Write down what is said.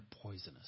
poisonous